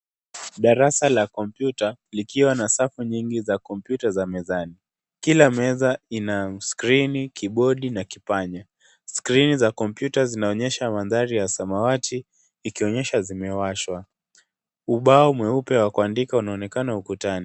Darasa la kompyuta likiwa na safu nyingi za kompyuta za mezani. Kila meza ina skrini , kibodi na kipanya. Skrini za kompyuta zinaonyesha maanthari ya samawati ikionyesha zimewashwa. Ubao mweupe wa kuandika unaonekana ukutani.